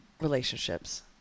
relationships